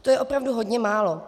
To je opravdu hodně málo.